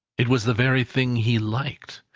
it was the very thing he liked.